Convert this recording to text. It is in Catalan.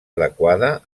adequada